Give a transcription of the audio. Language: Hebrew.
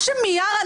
מה שמיארה,